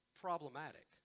problematic